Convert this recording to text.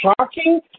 shocking